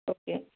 okay